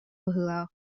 быһыылаах